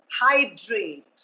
hydrate